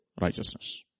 righteousness